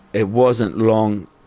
it wasn't long,